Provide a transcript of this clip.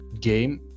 game